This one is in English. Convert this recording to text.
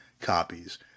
copies